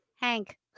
hank